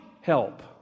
help